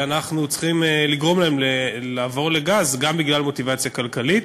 ואנחנו צריכים לגרום להם לעבור לגז גם בגלל מוטיבציה כלכלית.